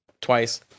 twice